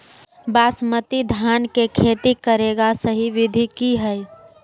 बासमती धान के खेती करेगा सही विधि की हय?